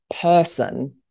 person